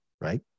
right